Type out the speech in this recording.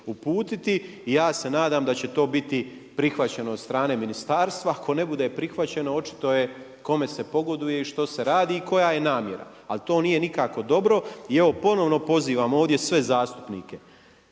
i ja se nadam da će to biti prihvaćeno od strane ministarstva. Ako ne bude prihvaćeno očito je kome se pogoduje, što se radi i koja je namjera. Ali to nije nikako dobro. I evo ponovno pozivam ovdje sve zastupnike,